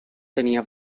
tenia